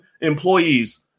employees